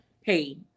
Hey